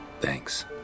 Thanks